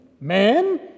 Man